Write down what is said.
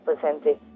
percentage